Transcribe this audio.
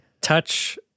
Touch –